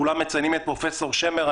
כולם מציינים את פרופ' שמר,